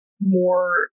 more